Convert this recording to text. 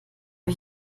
ich